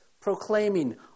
proclaiming